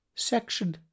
Section